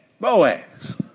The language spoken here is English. Boaz